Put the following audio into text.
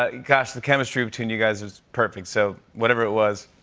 ah gosh, the chemistry between you guys was perfect. so, whatever it was,